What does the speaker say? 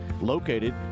located